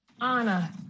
Anna